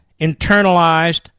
internalized